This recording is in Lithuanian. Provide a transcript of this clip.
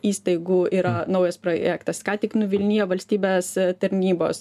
įstaigų yra naujas projektas ką tik nuvilnijo valstybės tarnybos